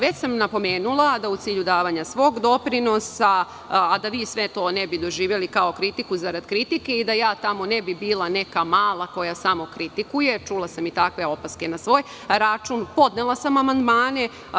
Već sam napomenula da u cilju davanja svog doprinosa, a da vi sve to ne bi doživeli kao kritiku zarad kritike i da ne bih bila neka mala koja samo kritikuje, čula sam i takve opaske na svoj račun, podnela sam amandmane.